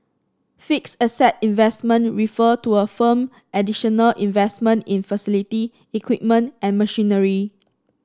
fixed asset investment refer to a firm additional investment in facility equipment and machinery